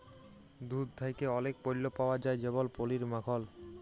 দুহুদ থ্যাকে অলেক পল্য পাউয়া যায় যেমল পলির, মাখল